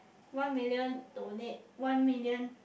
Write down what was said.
one million donate one million